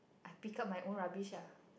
I pick up my own rubbish lah